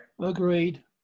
Agreed